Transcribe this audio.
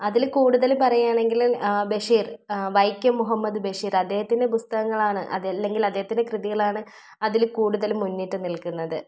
അതിൽ കൂടുതൽ പറയുകയാണെങ്കിൽ ബഷീർ വൈക്കം മുഹമ്മദ് ബഷീർ അദ്ദേഹത്തിൻ്റെ പുസ്തകങ്ങളാണ് അതല്ലെങ്കിൽ അദ്ദേഹത്തിൻ്റെ കൃതികളാണ് അതിൽ കൂടുതൽ മുന്നിട്ട് നില്കുന്നത്